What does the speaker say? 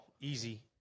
easy